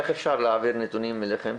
איך אפשר להעביר נתונים אליכם?